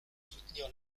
soutenir